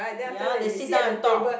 ya they sit down and talk